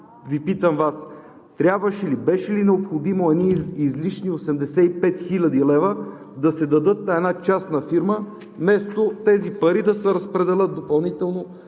Ви питам: трябваше и беше ли необходимо едни излишни 85 хил. лв. да се дадат на една частна фирма вместо тези пари да се разпределят допълнително